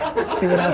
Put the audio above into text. see what else